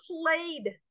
played